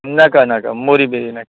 नाका नाका मोरी बिरी नाका